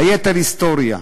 היתר היסטוריה.